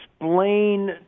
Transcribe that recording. explain